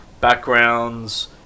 backgrounds